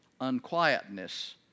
unquietness